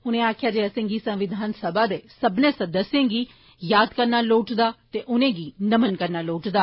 उनें आक्खेया जे असें गी संविधान सभा दे सब्बै सदस्यें गी याद करना लोड़चदा ते उनें गी नमन करना लोड़चदा